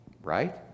Right